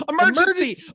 emergency